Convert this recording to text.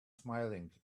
smiling